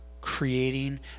creating